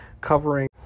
covering